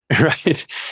Right